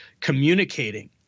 communicating